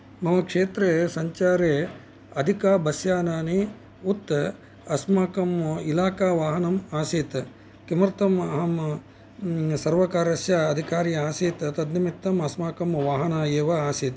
मम क्षेत्रे सञ्चारे अधिका बस् यानानि उत अस्माकम् इलाखा वाहनम् आसीत् किमर्थम् अहं सर्वकारस्य अधिकारी आसीत् तद् निमित्तम् अस्माकं वाहन एव आसीत्